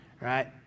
right